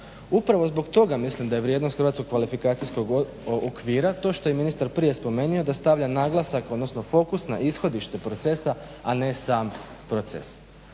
Upravo zbog toga mislim da je vrijednost hrvatskog kvalifikacijskog okvira to što je ministar prije spomenuo da stavlja naglasak odnosno fokus na ishodište procesa, a ne sam proces.